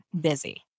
busy